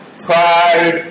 pride